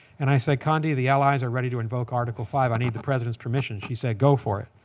and i said, condi, the allies are ready to invoke article five. i need the president's permission. she said go for it.